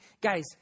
Guys